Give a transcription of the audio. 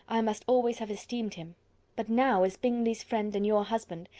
i must always have esteemed him but now, as bingley's friend and your husband,